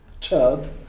tub